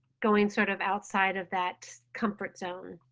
going sort of outside of that comfort zone.